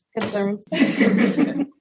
Concerns